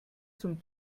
zum